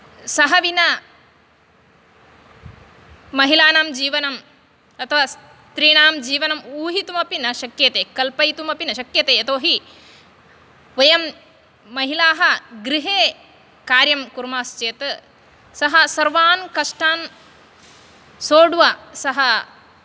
सः विना महिलानां जीवनम् अथवा स्त्रीणां जीवनम् ऊहितुमपि न शक्यते कल्पयितुमपि न शक्यते यतो हि वयं महिलाः गृहे कार्यं कुर्मश्चेत् सः सर्वान् कष्टान् सोढ्वा सः